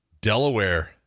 Delaware